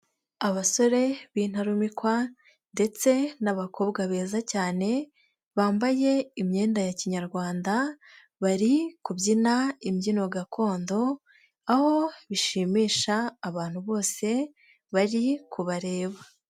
Abasore, b'intarumikwa, ndetse n'abakobwa beza cyane, bambaye imyenda ya kinyarwanda, bari kubyina imbyino gakondo, aho bishimisha abantu bose, bari kubareba.